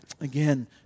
again